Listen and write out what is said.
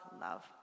love